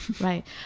right